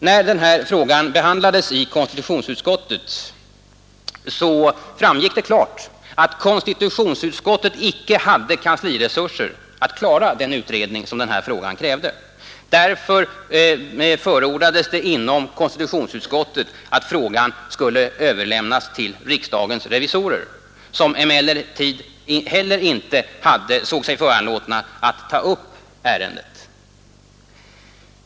När denna fråga behandlades i konstitutionsutskottet framgick klart att konstitutionsutskottet inte hade kansliresurser att klara den utredning som frågan krävde. Därför förordades inom konstitutionsutskottet att frågan skulle överlämnas till riksdagens revisorer, som emellertid heller inte såg sig föranlåtna att ta upp ärendet.